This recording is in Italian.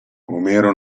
omero